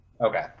okay